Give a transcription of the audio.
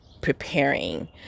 preparing